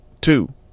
two